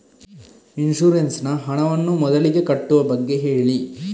insurance ನ ಹಣವನ್ನು ಮೊದಲಿಗೆ ಕಟ್ಟುವ ಬಗ್ಗೆ ಹೇಳಿ